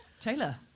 Taylor